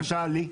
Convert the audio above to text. הגשתם בקשה לי?